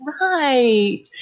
right